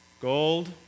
gold